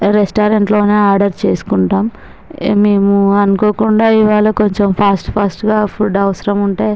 restaurant లోనే order చేసుకుంటాము మేము అనుకోకుండా ఇవాళ కొంచెం ఫాస్ట్ ఫాస్ట్ గా ఫుడ్ అవసరం ఉంటే